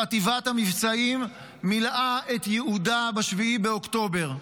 חטיבת המבצעים מילאה את ייעודה ב-7 באוקטובר.